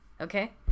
Okay